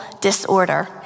disorder